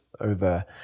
over